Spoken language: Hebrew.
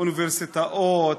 אוניברסיטאות,